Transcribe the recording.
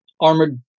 armored